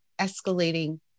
escalating